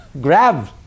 grab